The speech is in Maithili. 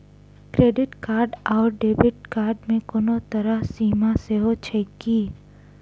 क्रेडिट कार्ड आओर डेबिट कार्ड मे कोनो तरहक सीमा सेहो छैक की?